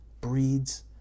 breeds